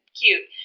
cute